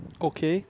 okay